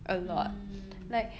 mm